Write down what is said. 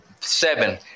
Seven